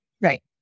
Right